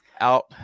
out